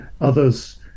Others